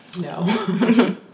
No